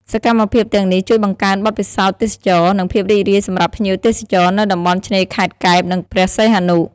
សកម្មភាពទាំងនេះជួយបង្កើនបទពិសោធន៍ទេសចរណ៍ និងភាពរីករាយសម្រាប់ភ្ញៀវទេសចរនៅតំបន់ឆ្នេរខេត្តកែប និងព្រះសីហនុ។